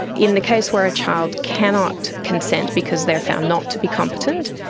in the case where a child cannot consent because they are found not to be competent,